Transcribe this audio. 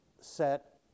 set